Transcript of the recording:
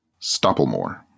Stopplemore